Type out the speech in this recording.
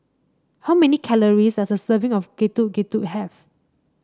how many calories does a serving of Getuk Getuk have